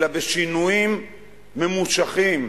אלא בשינויים ממושכים,